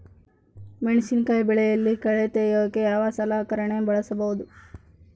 ಮೆಣಸಿನಕಾಯಿ ಬೆಳೆಯಲ್ಲಿ ಕಳೆ ತೆಗಿಯೋಕೆ ಯಾವ ಸಲಕರಣೆ ಬಳಸಬಹುದು?